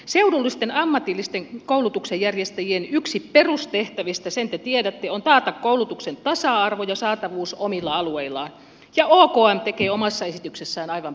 seudullisen ammatillisen koulutuksen järjestäjien yksi perustehtävistä sen te tiedätte on taata koulutuksen tasa arvo ja saatavuus omilla alueillaan ja okm tekee omassa esityksessään aivan päinvastoin